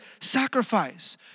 sacrifice